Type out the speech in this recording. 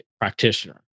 practitioner